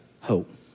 hope